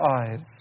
eyes